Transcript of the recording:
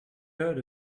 heard